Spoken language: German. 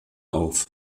auf